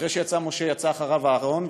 ואחרי שיצא משה יצא אחריו אהרן,